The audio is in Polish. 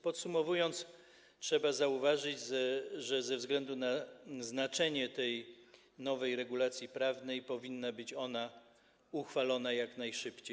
Podsumowując, trzeba zauważyć, że ze względu na znaczenie tej nowej regulacji prawnej powinna być ona uchwalona jak najszybciej.